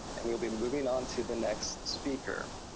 and we will be moving on to the next speaker.